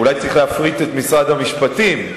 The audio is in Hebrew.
אולי צריך להפריט את משרד המשפטים.